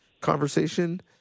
conversation